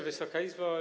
Wysoka Izbo!